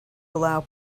allow